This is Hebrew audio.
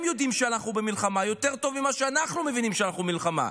הם יודעים שאנחנו במלחמה יותר טוב ממה שאנחנו מבינים שאנחנו במלחמה.